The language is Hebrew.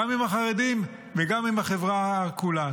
גם עם החרדים וגם עם החברה כולה.